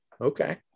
Okay